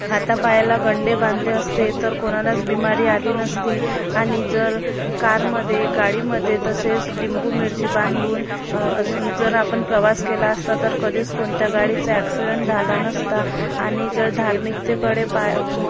हातापायाला गंडे बांधले असते तर कोणालाच बिमारी आली नसती आणि जर कारमध्ये गाडीमध्ये तसेच लिंबू मिरची बांधून जर आपण प्रवास केला असता तर कधीच कोणत्या गाडीचा ॲक्सिडेंट झाला नसता आणि जर धार्मिकतेकडे पाय्